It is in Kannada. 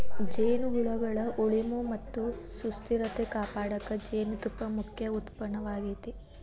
ಜೇನುಹುಳಗಳ ಉಳಿವು ಮತ್ತ ಸುಸ್ಥಿರತೆ ಕಾಪಾಡಕ ಜೇನುತುಪ್ಪ ಮುಖ್ಯ ಉತ್ಪನ್ನವಾಗೇತಿ